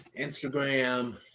Instagram